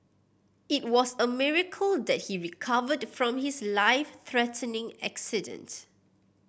it was a miracle that he recovered from his life threatening accident